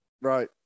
Right